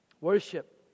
worship